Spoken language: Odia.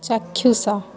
ଚାକ୍ଷୁଷ